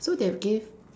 so they have to give